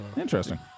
interesting